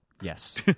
Yes